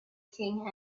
king